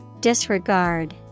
Disregard